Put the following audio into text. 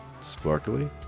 sparkly